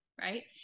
right